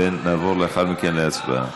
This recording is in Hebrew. ונעבור לאחר מכן להצבעה.